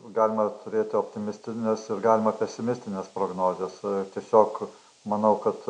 galima turėti optimistines ir galima pesimistines prognozes tiesiog manau kad